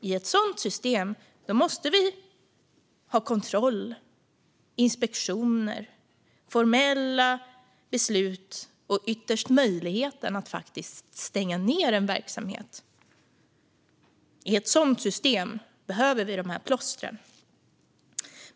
I ett sådant system måste vi ha kontroll, inspektioner, formella beslut och ytterst möjligheten att faktiskt stänga ned en verksamhet. I ett sådant system behöver vi dessa plåster.